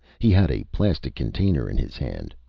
he had a plastic container in his hand.